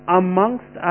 amongst